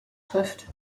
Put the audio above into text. trifft